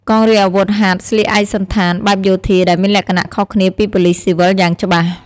កងរាជអាវុធហត្ថស្លៀកឯកសណ្ឋានបែបយោធាដែលមានលក្ខណៈខុសគ្នាពីប៉ូលិសស៊ីវិលយ៉ាងច្បាស់។